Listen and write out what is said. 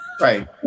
Right